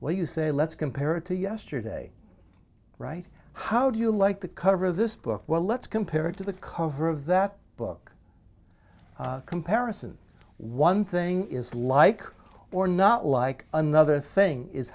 where you say let's compare to yesterday right how do you like the cover of this book well let's compare it to the cover of that book comparison one thing is like or not like another thing is